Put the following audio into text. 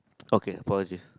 okay apologies